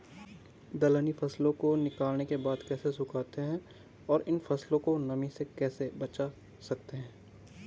दलहनी फसलों को निकालने के बाद कैसे सुखाते हैं और इन फसलों को नमी से कैसे बचा सकते हैं?